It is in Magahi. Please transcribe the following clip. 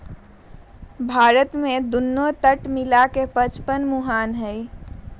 भारत में दुन्नो तट मिला के पचपन मुहान हई